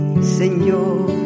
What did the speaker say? Señor